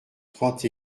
trente